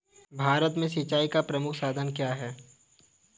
भारत में सिंचाई का प्रमुख साधन क्या है?